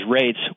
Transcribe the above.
rates